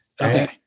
Okay